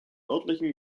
örtlichen